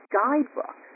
guidebook